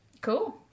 Cool